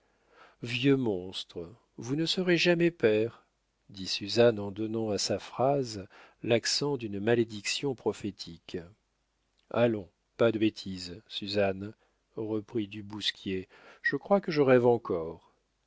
vieux monstre vous ne serez jamais père dit suzanne en donnant à sa phrase l'accent d'une malédiction prophétique allons pas de bêtises suzanne reprit du bousquier je crois que je rêve encore